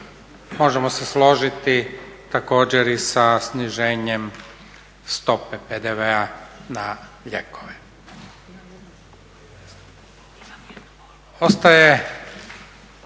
Možemo se složiti također i sa sniženjem stope PDV-a na lijekove.